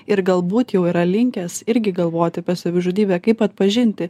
ir galbūt jau yra linkęs irgi galvoti apie savižudybę kaip atpažinti